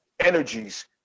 energies